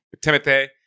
Timothy